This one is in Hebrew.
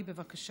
ברכות